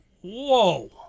Whoa